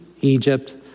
Egypt